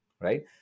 right